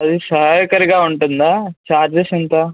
ఇది సౌకర్యంగా ఉంటుందా ఛార్జెస్ ఎంత